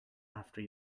after